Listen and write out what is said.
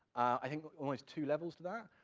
i think, almost two levels to that.